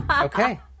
Okay